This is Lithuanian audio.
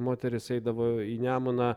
moterys eidavo į nemuną